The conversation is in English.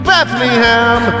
Bethlehem